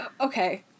okay